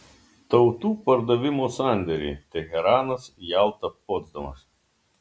tautų pardavimo sandėriai teheranas jalta potsdamas